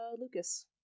Lucas